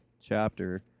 chapter